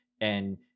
And-